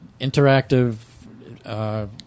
interactive